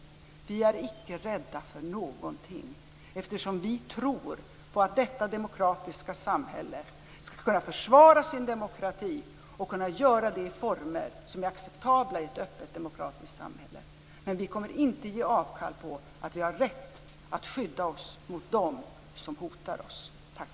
Vi är icke rädda för någonting, eftersom vi tror på att detta demokratiska samhälle skall kunna försvara sin demokrati och kunna göra det i former som är acceptabla i ett öppet demokratiskt samhälle. Men vi kommer inte att ge avkall på att vi har rätt att skydda oss mot dem som hotar oss. Tack!